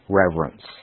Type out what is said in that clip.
reverence